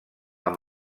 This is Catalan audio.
amb